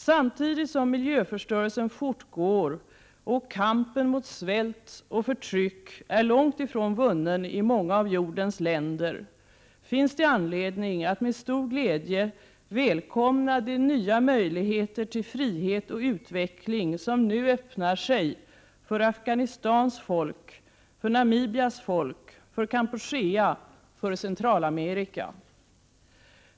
Samtidigt som miljöförstörelsen fortgår och kampen mot svält och förtryck är långt ifrån vunnen i många av jordens länder, finns det anledning att med stor glädje välkomna de nya möjligheter till frihet och utveckling som nu öppnar sig för Afghanistans folk, för Namibias folk, för Kampuchea och för Centralamerika.